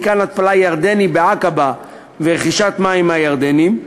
מתקן התפלה ירדני בעקבה ורכישת מים מהירדנים,